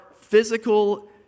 physical